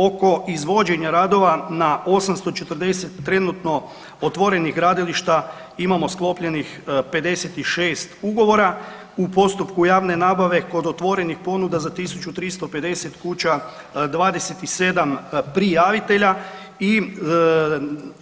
Oko izvođenja radova na 840 trenutno otvorenih gradilišta imamo sklopljenih 56 ugovora, u postupku javne nabave kod otvorenih ponuda za 1350 kuća, 27 prijavitelja i